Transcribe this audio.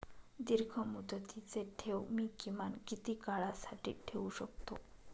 दीर्घमुदतीचे ठेव मी किमान किती काळासाठी ठेवू शकतो?